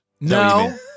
No